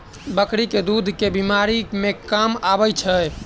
बकरी केँ दुध केँ बीमारी मे काम आबै छै?